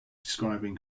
describing